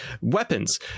weapons